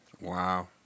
Wow